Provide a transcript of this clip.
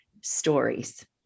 stories